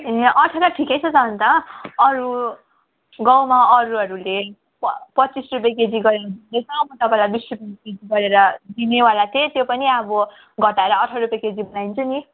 ए अठार ठिकै त छ अन्त अरू गाउँमा अरूहरूले प पच्चिस रुपियाँ केजी गरेर बेच्छ म तपाईँलाई बिस रुपियाँ केजी गरेर दिनेवाला थिएँ त्यो पनि अब घटाएर अठार रुपियाँ केजी बनाइदिन्छु नि